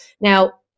Now